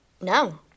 No